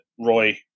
Roy